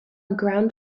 ground